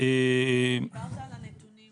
--- דיברת על הנתונים.